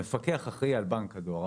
המפקח אחראי על בנק הדואר.